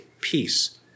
peace